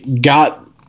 got